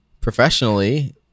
professionally